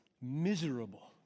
Miserable